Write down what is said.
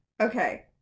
Okay